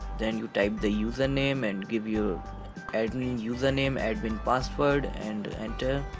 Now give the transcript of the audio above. then you type the username and give you admin username admin password and enter.